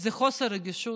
זה חוסר רגישות,